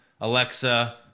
Alexa